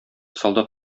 солдат